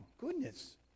goodness